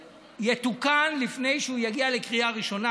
יתוקן לפני שיגיע לקריאה ראשונה,